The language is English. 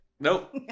Nope